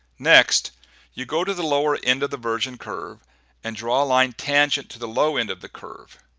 next you go to the lower end of the virgin curve and draw a line tangent to the low end of the curve.